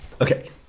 Okay